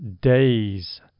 days